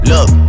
Look